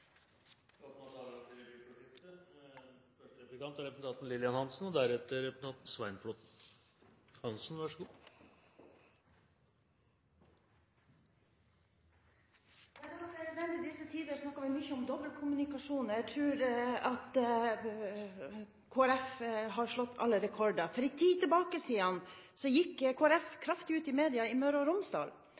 replikkordskifte. I disse tider snakker vi mye om dobbeltkommunikasjon, og jeg tror Kristelig Folkeparti har slått alle rekorder. For en tid tilbake gikk Kristelig Folkeparti kraftig ut i media i Møre og Romsdal